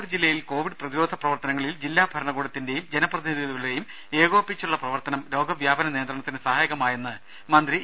രുമ ജില്ലയിൽ കോവിഡ് പ്രതിരോധ കാസർകോട് പ്രവർത്തനങ്ങളിൽ ജില്ലാഭരണകൂടത്തിന്റെയും ജനപ്രതിനിധികളുടെയും ഏകോപിച്ചുള്ള പ്രവർത്തനം രോഗവ്യാപന നിയന്ത്രണത്തിന് സഹായകമായെന്ന് മന്ത്രി ഇ